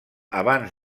abans